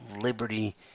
liberty